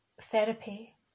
therapy